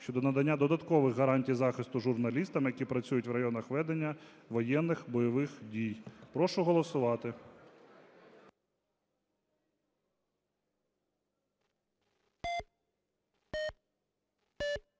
(щодо надання додаткових гарантій захисту журналістам, які працюють в районах ведення воєнних (бойових) дій). Прошу голосувати.